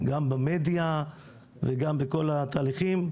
גם במדיה וגם בכל התהליכים.